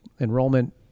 enrollment